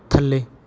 ਥੱਲੇ